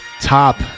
Top